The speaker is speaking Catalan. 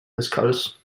descalç